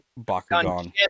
Bakugan